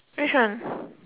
which one